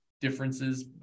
differences